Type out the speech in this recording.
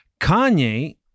Kanye